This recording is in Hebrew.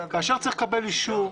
כאשר צריך לקבל אישור,